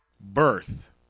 Birth